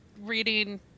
reading